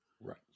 Right